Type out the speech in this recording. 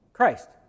Christ